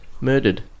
Murdered